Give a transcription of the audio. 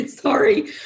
Sorry